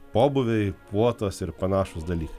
pobūviai puotos ir panašūs dalykai